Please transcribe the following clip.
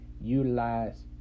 utilize